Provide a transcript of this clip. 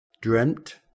dreamt